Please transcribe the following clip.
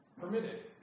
Permitted